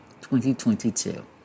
2022